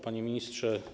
Panie Ministrze!